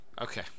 Okay